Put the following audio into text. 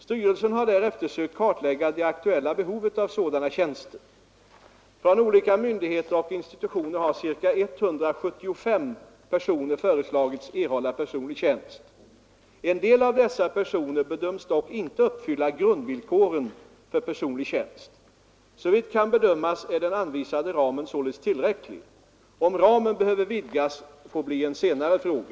Styrelsen har därefter sökt kartlägga det aktuella behovet av sådana tjänster. Från olika myndigheter och institutioner har ca 175 personer föreslagits erhålla personlig tjänst. En del av dessa personer bedöms dock inte uppfylla grundvillkoren för personlig tjänst. Såvitt kan bedömas är den anvisade ramen således tillräcklig. Om ramen behöver vidgas får bli en senare fråga.